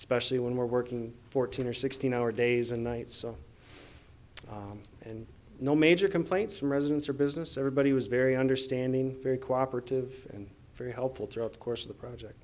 especially when we're working fourteen or sixteen hour days and nights and no major complaints from residents or business everybody was very understanding very cooperative and very helpful throughout the course of the project